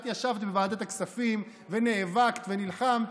את ישבת בוועדת הכספים ונאבקת ונלחמת,